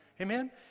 Amen